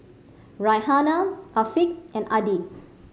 Raihana Afiq and Adi